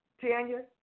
Tanya